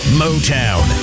motown